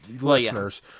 listeners